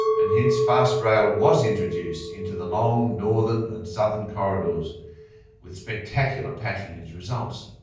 and hence fast rail was introduced into the long northern and southern corridors with spectacular patronage results.